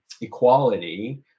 equality